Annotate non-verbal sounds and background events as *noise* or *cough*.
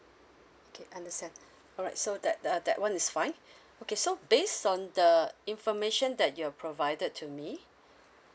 okay understand *breath* all right so that uh that one is fine *breath* okay so based on the information that you have provided to me *breath*